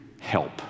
Help